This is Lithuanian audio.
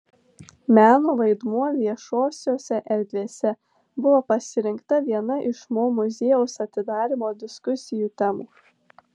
meno vaidmuo viešosiose erdvėse buvo pasirinkta viena iš mo muziejaus atidarymo diskusijų temų